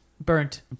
Burnt